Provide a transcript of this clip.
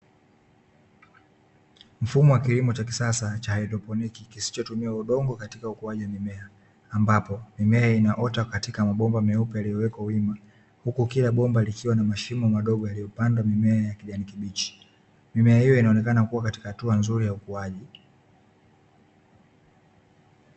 Mfumo wa kilimo cha kisasa cha haidroponi, kisichotumia udongo katika ukuaji wa mimea, ambapo mimea inaota katika mabomba meupe yaliyowekwa wima; huku kila bomba likiwa na mashimo madogo yaliyopandwa mimea ya kijani kibichi. Mimea hiyo inaonekana kuwa katika hatua nzuri ya ukuaji.